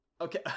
Okay